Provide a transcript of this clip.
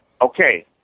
Okay